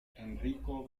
enrico